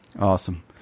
Awesome